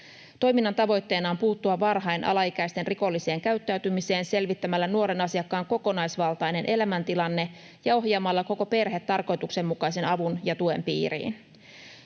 Toiminnan tavoitteena on puuttua varhain alaikäisten rikolliseen käyttäytymiseen selvittämällä nuoren asiakkaan kokonaisvaltainen elämäntilanne ja ohjaamalla koko perhe tarkoituksenmukaisen avun ja tuen piiriin.